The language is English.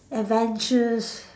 adventures